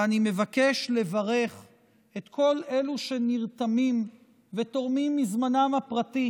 ואני מבקש לברך את כל אלה שנרתמים ותורמים מזמנם הפרטי